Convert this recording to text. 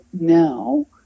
now